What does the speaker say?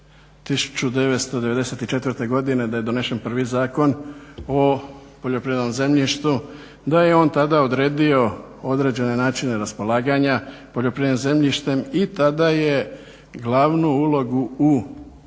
1994. Godine da je donesen prvi Zakon o poljoprivrednom zemljištu, da je on tada odredio određene načine raspolaganja poljoprivrednim zemljištem i tada je glavnu ulogu u